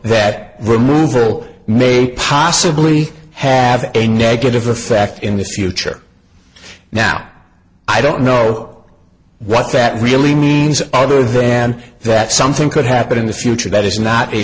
that removal may possibly have a negative effect in the future now i don't know what that really means other than that something could happen in the future that is not a